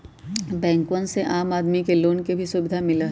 बैंकवन से आम आदमी के लोन के भी सुविधा मिला हई